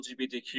LGBTQ